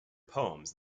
poems